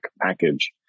package